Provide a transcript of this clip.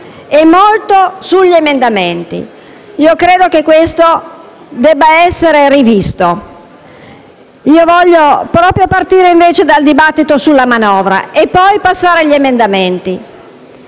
e molto sugli emendamenti. Credo che questo debba essere rivisto. Voglio quindi partire dal dibattito sulla manovra per poi passare agli emendamenti.